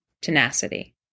tenacity